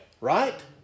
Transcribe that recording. right